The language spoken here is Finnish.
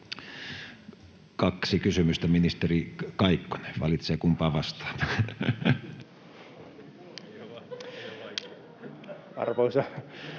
Kaksi kysymystä. Ministeri Kaikkonen valitsee, kumpaan vastaa.